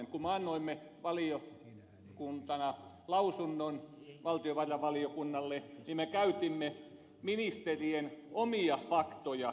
kun me annoimme valiokuntana lausunnon valtiovarainvaliokunnalle niin me käytimme ministerien omia faktoja tietonamme